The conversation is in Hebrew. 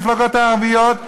המפלגות הערביות,